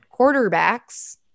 quarterbacks